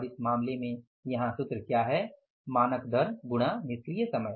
और इस मामले में कि यहाँ सूत्र क्या है मानक दर गुणा निष्क्रिय समय